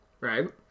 Right